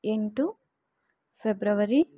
ಎಂಟು ಫೆಬ್ರವರಿ